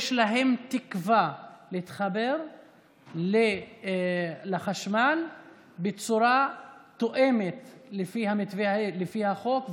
יש להם תקווה להתחבר לחשמל בצורה שתואמת את החוק,